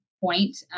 point